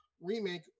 remake